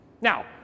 Now